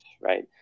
right